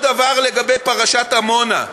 אותו דבר לגבי פרשת עמונה.